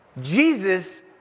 Jesus